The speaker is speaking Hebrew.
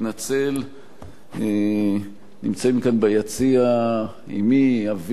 נמצאים כאן ביציע אמי, אבי, דודתי ודודי.